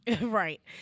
Right